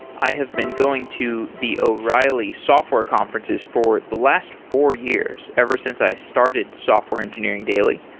i have been going to the o'reilly software conferences for the last four years ever since i started software engineering daily.